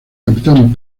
capitán